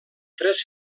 tres